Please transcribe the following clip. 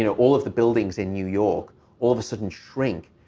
you know all of the buildings in new york all of a sudden shrink,